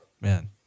man